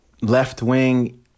left-wing